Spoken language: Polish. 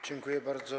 Dziękuję bardzo.